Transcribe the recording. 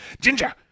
Ginger